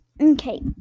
okay